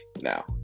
now